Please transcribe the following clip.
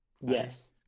Yes